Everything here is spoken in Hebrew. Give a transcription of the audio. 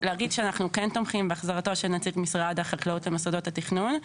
להגיד שאנחנו כן תומכים בהחזרתו של נציג משרד החקלאות למוסדות התכנון,